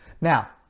now